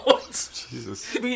Jesus